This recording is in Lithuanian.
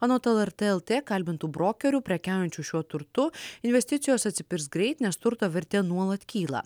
anot lrt lt kalbintų brokerių prekiaujančių šiuo turtu investicijos atsipirks greit nes turto vertė nuolat kyla